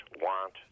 want